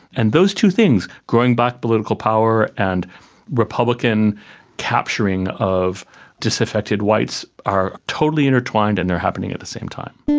and those two things growing black political power, and republican capturing of disaffected whites are totally intertwined and they are happening at the same time.